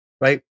Right